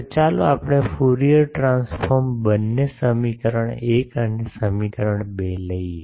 તો ચાલો આપણે ફ્યુરીઅર ટ્રાંસ્ફોર્મ બંને સમીકરણ 1 અને સમીકરણ 2 લઈએ